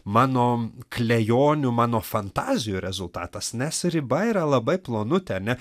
mano klejonių mano fantazijų rezultatas nes riba yra labai plonutė ar ne